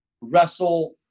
wrestle